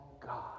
God